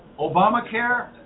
Obamacare